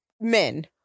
Men